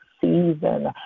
season